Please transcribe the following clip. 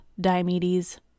Diomedes